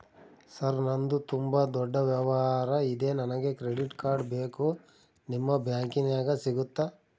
Sir ನಂದು ತುಂಬಾ ದೊಡ್ಡ ವ್ಯವಹಾರ ಇದೆ ನನಗೆ ಕ್ರೆಡಿಟ್ ಕಾರ್ಡ್ ಬೇಕು ನಿಮ್ಮ ಬ್ಯಾಂಕಿನ್ಯಾಗ ಸಿಗುತ್ತಾ?